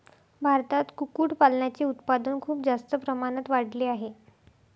भारतात कुक्कुटपालनाचे उत्पादन खूप जास्त प्रमाणात वाढले आहे